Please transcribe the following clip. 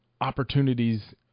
opportunities